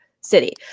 city